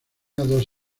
dos